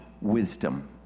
wisdom